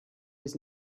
his